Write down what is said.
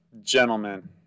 gentlemen